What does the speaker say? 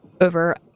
over